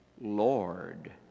Lord